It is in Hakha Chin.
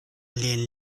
len